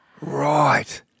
Right